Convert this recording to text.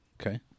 Okay